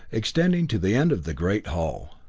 extending to the end of the great hall.